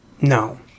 No